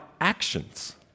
actions